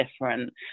different